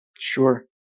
Sure